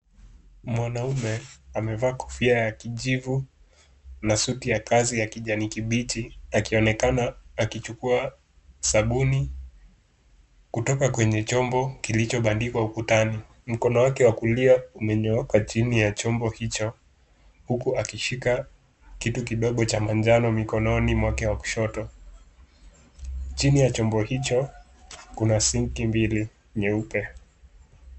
Mwanaume amevaa kofia ya kijivu na suti ya kazi ya kijani kibichi akionekana akichukuwa sabuni kutoka kwenye chombo kilichobandikwa ukutani. Mkono wake wa kulia umenyooka chini ya chombo hicho huku akishika kitu kidogo cha manjano mikononi mwake wa kushoto. Chini ya chombo hicho kuna sinki mbili nyeupe.